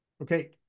Okay